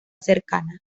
cercana